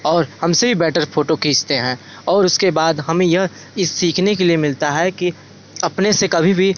और हमसे भी बेटर फोटो खींचते हैं और उसके बाद हमें यह सीखने के लिए मिलता है कि अपने से कभी भी